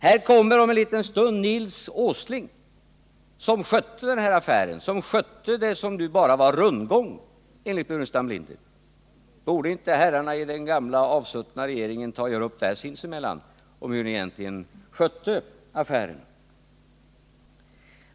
Här kommer om en liten stund Nils Åsling som skötte affären, som skötte det som bara var rundgång, enligt herr Burenstam Linder. Borde inte herrarna i den gamla avsuttna regeringen ta och göra upp sinsemellan hur ni egentligen skötte affärerna?